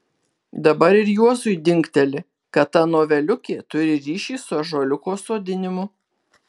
dabar ir juozui dingteli kad ta noveliukė turi ryšį su ąžuoliuko sodinimu